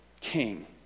king